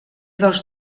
dels